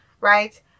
right